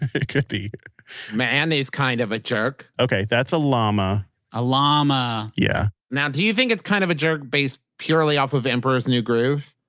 it could be man is kind of a jerk okay. that's a llama a llama yeah now, do you think it's kind of a jerk based purely off of emperor's new groove?